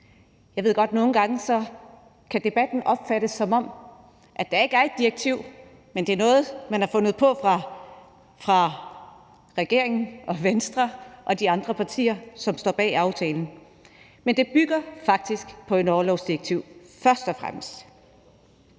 man i debatten nogle gange kan opfatte det, som om der ikke er et direktiv, men at det er noget, som regeringen, Venstre og de andre partier, som står bag aftalen, har fundet på. Men det bygger faktisk på et orlovsdirektiv – først og fremmest.